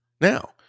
Now